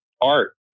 art